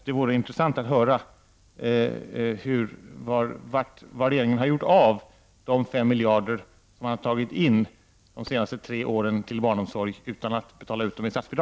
Det vore intressant att få höra vad regeringen har gjort av dessa 5 miljarder.